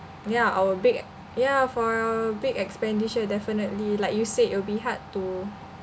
ya our big ya for our big expenditure definitely like you said it will be hard to